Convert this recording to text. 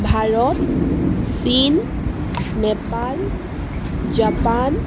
ভাৰত চীন নেপাল জাপান